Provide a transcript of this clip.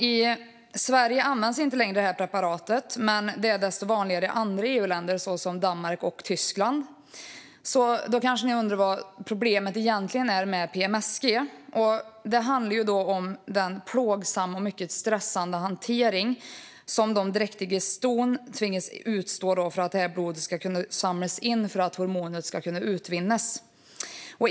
I Sverige används inte längre preparatet, men det är desto vanligare i andra EU-länder, såsom Danmark och Tyskland. Man kanske undrar vad problemet med PMSG egentligen är, men det handlar om den plågsamma och mycket stressande hantering som de dräktiga stona tvingas utstå för att blodet ska kunna samlas in och hormonet utvinnas.